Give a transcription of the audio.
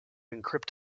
encrypt